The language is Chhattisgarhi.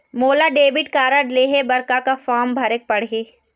मोला डेबिट कारड लेहे बर का का फार्म भरेक पड़ही?